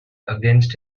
against